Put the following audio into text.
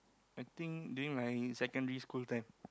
I think during my secondary school time